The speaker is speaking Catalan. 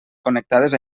connectades